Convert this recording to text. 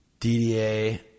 DDA